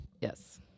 Yes